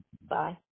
bye